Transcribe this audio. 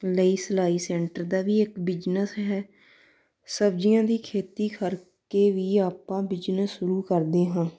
ਲਈ ਸਲਾਈ ਸੈਂਟਰ ਦਾ ਵੀ ਇੱਕ ਬਿਜਨਸ ਹੈ ਸਬਜ਼ੀਆਂ ਦੀ ਖੇਤੀ ਕਰਕੇ ਵੀ ਆਪਾਂ ਬਿਜਨਸ ਸ਼ੁਰੂ ਕਰਦੇ ਹਾਂ